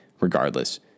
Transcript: Regardless